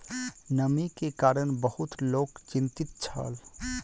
नमी के कारण बहुत लोक चिंतित छल